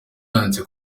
yanditse